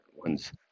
One's